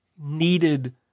needed